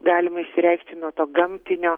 galima išsireikšti nuo to gamtinio